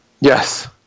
Yes